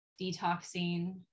detoxing